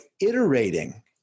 iterating